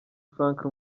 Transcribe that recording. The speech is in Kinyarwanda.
frank